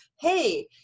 hey